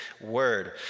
word